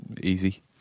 Easy